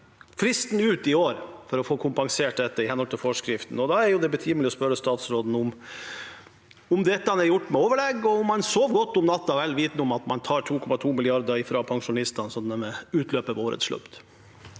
fristen for å få kompensert dette i henhold til forskriften ut i år. Da er det betimelig å spørre statsråden om dette er gjort med overlegg, og om hun sover godt om natten, vel vitende om at man tar 2,2 mrd. kr fra pensjonistene ved årets utløp.